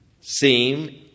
seem